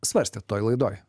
svarstėt toj laidoj